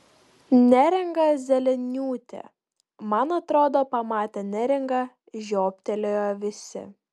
neringa zeleniūtė man atrodo pamatę neringą žiobtelėjo visi